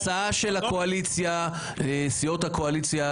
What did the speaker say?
ההצעה של סיעות הקואליציה